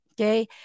okay